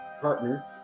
partner